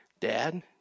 Dad